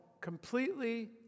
completely